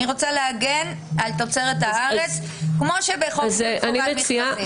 אני רוצה להגן על תוצרת הארץ כמו בחוק חובת המכרזים.